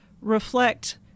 reflect